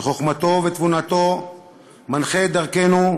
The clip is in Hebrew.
בחוכמתו ובתבונתו מנחה את דרכנו,